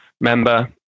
member